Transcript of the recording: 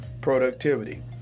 productivity